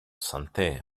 santé